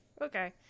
okay